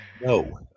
No